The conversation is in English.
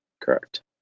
Correct